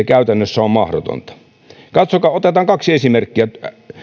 käytännössä on mahdotonta otetaan kaksi esimerkkiä